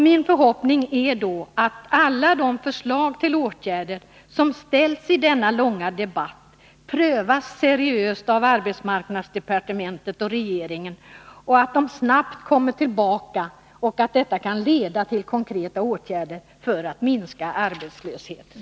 Min förhoppning är att alla de förslag till åtgärder som framförts i denna långa debatt skall seriöst prövas av arbetsmarknadsdepartementet och regeringen och att regeringen snart kommer tillbaka med förslag till riksdagen, vilka kan leda till konkreta åtgärder för att minska arbetslösheten.